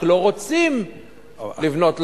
רק לא רוצים לבנות לגובה,